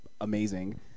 amazing